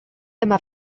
dyma